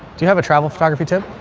do you have a travel photography tip?